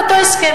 על אותו הסכם.